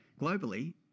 Globally